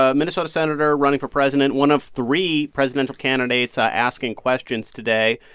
ah minnesota senator running for president, one of three presidential candidates asking questions today,